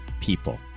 people